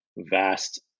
vast